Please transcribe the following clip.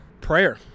prayer